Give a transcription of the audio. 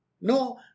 No